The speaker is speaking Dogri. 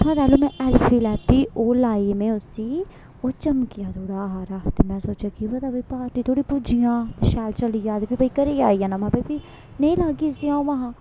उत्थुआं पैह्ले मे ऐल्फी लैती ओह् लाई में उसी ओह् चमकेआ थोह्ड़ा हारा ते में सोचेआ केह् पता में पार्टी धोड़ी पुज्जी जां शैल चली जा ते फ्ही में घरै आई जाना ते फ्ही नेईं लागी इसी आ'ऊं महां